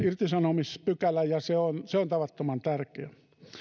irtisanomispykälä ja se on se on tavattoman tärkeä